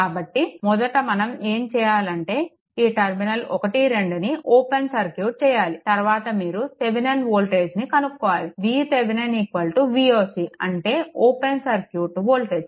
కాబట్టి మొదట మీరు ఏం చేయాలి అంటే ఈ టర్మినల్ 1 2ని ఓపెన్ సర్క్యూట్ చేయాలి తర్వాత మీరు థెవెనిన్ వోల్టేజ్ను కనుక్కోవాలి VThevenin Voc అంటే ఓపెన్ సర్క్యూట్ వోల్టేజ్